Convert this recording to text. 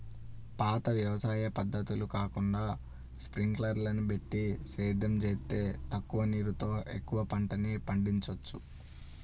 పాత వ్యవసాయ పద్ధతులు కాకుండా స్పింకర్లని బెట్టి సేద్యం జేత్తే తక్కువ నీరుతో ఎక్కువ పంటని పండిచ్చొచ్చు